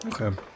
Okay